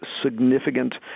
significant